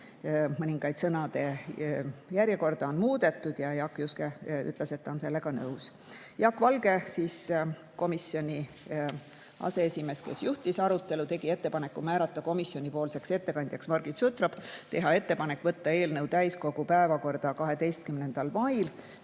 Mõningate sõnade järjekorda on muudetud ja Jaak Juske ütles, et ta on sellega nõus. Jaak Valge, komisjoni aseesimees, kes juhtis arutelu, tegi ettepaneku määrata komisjoni ettekandjaks Margit Sutropi, teha ettepanek võtta eelnõu täiskogu päevakorda 12. mail